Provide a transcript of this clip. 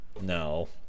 No